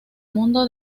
mundo